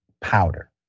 powder